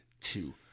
two